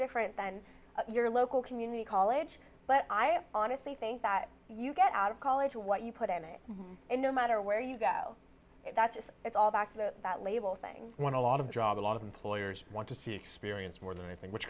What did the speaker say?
different than your local community college but i honestly think that you get out of college what you put in it and no matter where you go that's just it's all back to that label thing when a lot of drive a lot of employers want to see experience more than anything which